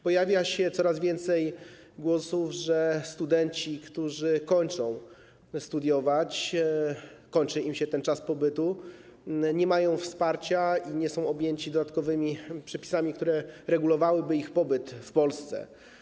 Pojawia się coraz więcej głosów, że studenci, którzy kończą studia, którym kończy się ten czas pobytu, nie mają wsparcia i nie są objęci dodatkowymi przepisami, które regulowałyby ich pobyt w Polsce.